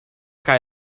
kaj